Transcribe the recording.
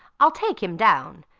i'll take him down,